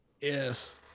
Yes